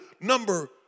number